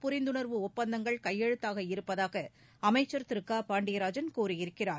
புரிந்துணர்வு ஒப்பந்தங்கள் கையெழுத்தாக இருப்பதாக அமைச்சர் திரு க பாண்டியராஜன் கூறியிருக்கிறார்